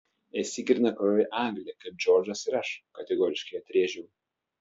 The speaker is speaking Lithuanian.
esi grynakraujė anglė kaip džordžas ir aš kategoriškai atrėžiau